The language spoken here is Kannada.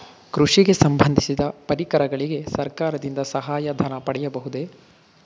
ಕೃಷಿಗೆ ಸಂಬಂದಿಸಿದ ಪರಿಕರಗಳಿಗೆ ಸರ್ಕಾರದಿಂದ ಸಹಾಯ ಧನ ಪಡೆಯಬಹುದೇ?